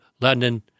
London